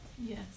Yes